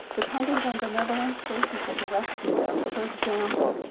dependent on benevolent straight people to rescue them. for example,